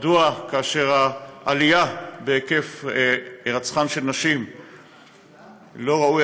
מדוע כאשר יש עלייה בהיקף הירצחן של נשים לא ראוי